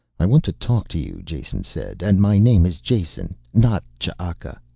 i want to talk to you, jason said. and my name is jason, not ch'aka.